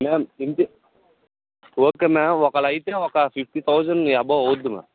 ma'am ఇంటి okay ma'am ఒకవేళ అయితే ఒక ఫిఫ్టీ థౌసండ్ ఎబోవ్ అవుద్ది మ్యామ్